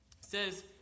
says